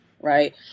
right